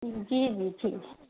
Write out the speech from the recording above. جی جی ٹھیک